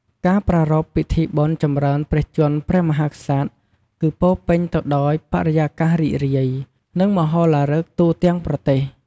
ការប្រារព្ធ ពិធីបុណ្យចម្រើនព្រះជន្មព្រះមហាក្សត្រ គឺពោរពេញទៅដោយបរិយាកាសរីករាយ និងមហោឡារិកទូទាំងប្រទេស។